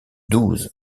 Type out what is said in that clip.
douze